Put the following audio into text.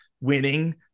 winning